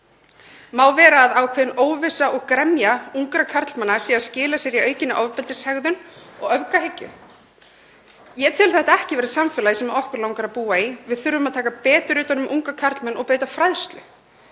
Má vera að ákveðin óvissa og gremja ungra karlmanna sé að skila sér í aukinni ofbeldishegðun og öfgahyggju? Ég tel þetta ekki vera samfélag sem okkur langar að búa í. Við þurfum að taka betur utan um unga karlmenn og beita fræðslu.